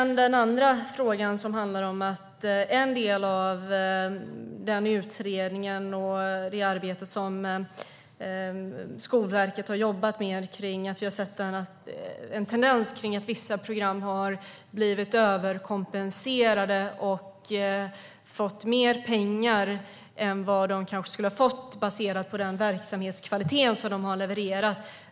När det gäller den andra frågan har vi sett att vissa utbildningar har blivit överkompenserade och fått mer pengar än de skulle ha fått baserat på den verksamhetskvalitet de har levererat.